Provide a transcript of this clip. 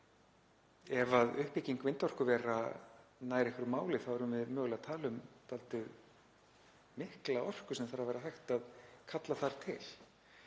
Ef uppbygging vindorkuvera nær einhverju máli erum við mögulega að tala um dálítið mikla orku sem þarf að vera hægt að kalla þar til.